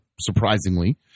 surprisingly